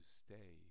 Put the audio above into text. stay